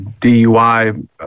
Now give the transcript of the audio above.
DUI